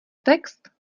text